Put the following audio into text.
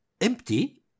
empty